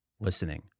listening